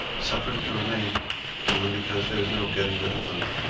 suffered to remain only because there is no getting rid of them.